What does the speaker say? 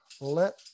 let